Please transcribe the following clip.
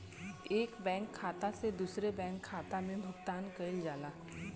एक बैंक खाता से दूसरे बैंक खाता में भुगतान कइल जाला